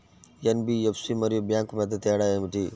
NBFC మరియు bank మధ్య తేడా ఏమిటి?